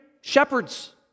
shepherds